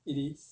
it is